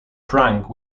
trunk